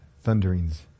thunderings